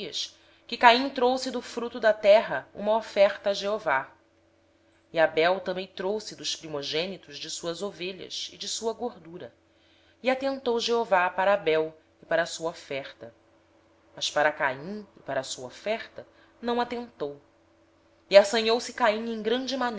ao cabo de dias trouxe caim do fruto da terra uma oferta ao senhor abel também trouxe dos primogênitos das suas ovelhas e da sua gordura ora atentou o senhor para abel e para a sua oferta mas para caim e para a sua oferta não atentou pelo que irou se caim fortemente e